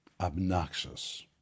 obnoxious